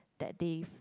that they